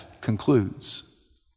concludes